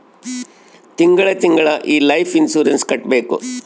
ತಿಂಗಳ ತಿಂಗಳಾ ಈ ಲೈಫ್ ಇನ್ಸೂರೆನ್ಸ್ ಕಟ್ಬೇಕು